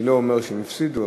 אני לא אומר שהם הפסידו,